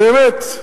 באמת,